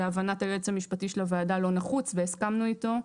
להבנת היועץ המשפטי של הממשלה לא נחוץ והסכמנו איתו.